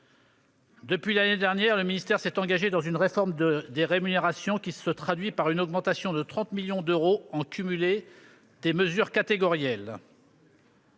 Depuis l'année dernière, le ministère s'est engagé dans une réforme des rémunérations qui se traduit par une augmentation de 30 millions d'euros, en cumulé, des mesures catégorielles.